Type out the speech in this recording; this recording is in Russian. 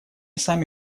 сами